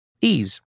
Ease